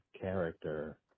character